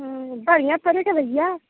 बढ़िया चलेगा भैया